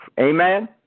Amen